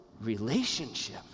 relationship